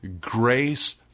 grace-